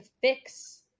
fix